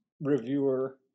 reviewer